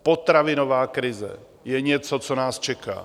Potravinová krize je něco, co nás čeká.